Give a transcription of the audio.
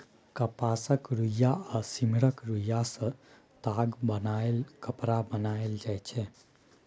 कपासक रुइया आ सिम्मरक रूइयाँ सँ ताग बनाए कपड़ा बनाएल जाइ छै